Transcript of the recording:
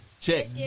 Check